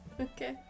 Okay